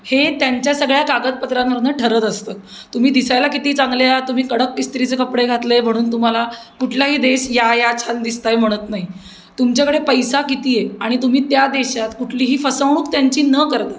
हे त्यांच्या सगळ्या कागदपत्रांवरनं ठरत असतं तुम्ही दिसायला किती चांगले आहात तुम्ही कडक इस्त्रीचे कपडे घातले म्हणून तुम्हाला कुठलाही देश या या छान दिसत आहे म्हणत नाही तुमच्याकडे पैसा किती आहे आणि तुम्ही त्या देशात कुठलीही फसवणूक त्यांची न करता